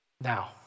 Now